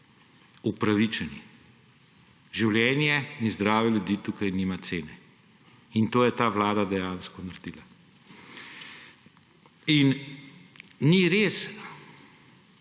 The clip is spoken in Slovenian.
upravičeni. Življenje in zdravje ljudi tukaj nima cene, in to je ta vlada dejansko naredila. In ni res,